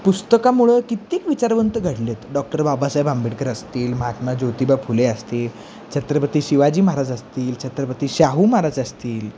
पुस्तकामुळं कित्येक विचारवंत घडले आहेत डॉक्टर बाबासाहेब आंबेडकर असतील महात्मा ज्योतिबा फुले असतील छत्रपती शिवाजी महाराज असतील छत्रपती शाहू महाराज असतील